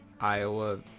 Iowa